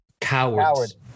Cowards